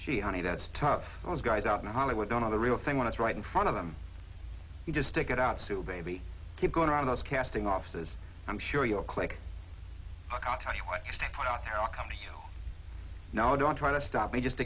she honey that's tough those guys out in hollywood don't know the real thing when it's right in front of them you just stick it out sue baby keep going around us casting offices i'm sure your click out now don't try to stop me just